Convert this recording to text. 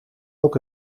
ook